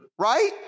Right